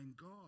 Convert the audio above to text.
God